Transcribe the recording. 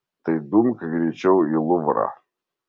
tai dumk greičiau į luvrą